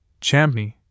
Chamney